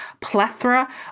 plethora